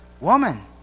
Woman